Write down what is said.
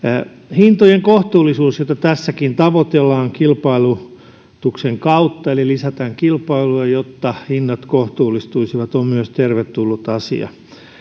hintojen kohtuullisuus jota tässäkin tavoitellaan kilpailutuksen kautta eli lisätään kilpailua jotta hinnat kohtuullistuisivat on myös tervetullut asia